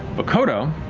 vokodo